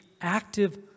active